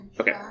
Okay